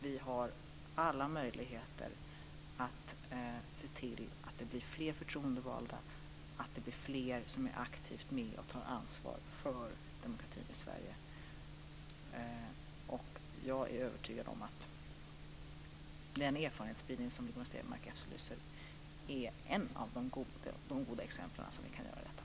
Vi har alla möjligheter att se till att det blir fler förtroendevalda, att det blir fler som aktivt är med och tar ansvar för demokratin i Sverige. Jag är övertygad om att den erfarenhetsspridning som Rigmor Stenmark efterlyser är ett av de goda exemplen som vi kan visa på.